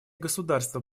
государства